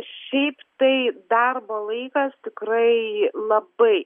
šiaip tai darbo laikas tikrai labai